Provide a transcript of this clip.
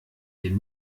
dem